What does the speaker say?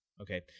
Okay